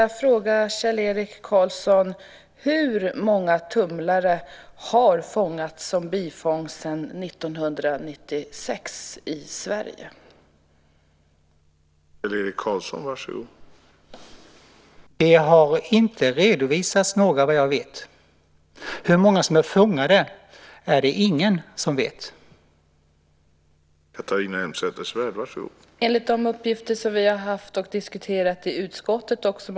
Jag skulle vilja fråga Kjell-Erik Karlsson: Hur många tumlare har fångats som bifångst i Sverige sedan 1996?